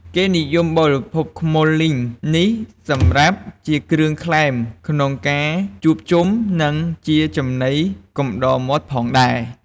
គេនិយមបរិភោគខ្មុលលីងនេះសម្រាប់ជាគ្រឿងក្លែមក្នុងការជួបជុំ និងជាចំណីកំដរមាត់ផងដែរ។